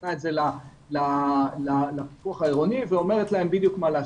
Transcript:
מעבירה את זה לפיקוח העירוני ואומרת להם בדיוק מה לעשות.